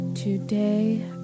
Today